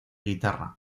guitarra